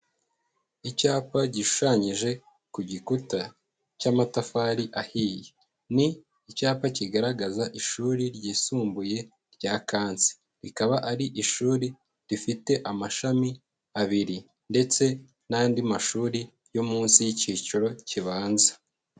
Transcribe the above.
Icyapa gishushanyije ku gikuta cy'amatafari ahiye, ni icyapa kigaragaza ishuri ryisumbuye rya Kansi, rikaba ari ishuri rifite amashami abiri ndetse n'andi mashuri yo munsi y'icyiciro kibanza.